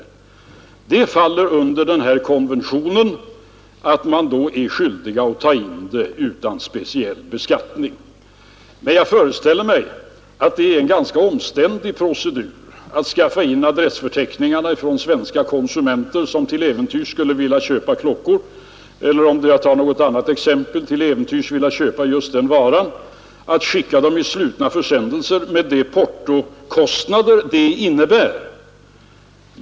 Det faller under den åberopade konventionen, och man är då skyldig att ta in det utan speciell beskattning. Men jag föreställer mig att det är en ganska omständlig procedur att skaffa in adresserna på svenska konsumenter som till äventyrs skulle vilja köpa klockor — eller, om jag tar något annat exempel, skulle vilja köpa just den varan — och sedan skicka reklamen i slutna försändelser med de portokostnader det innebär.